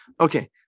Okay